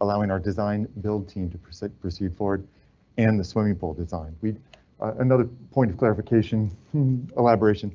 allowing our design build team to proceed proceed forward and the swimming pool design. we another point of clarification elaboration.